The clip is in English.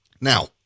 Now